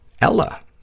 Ella